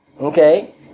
okay